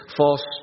false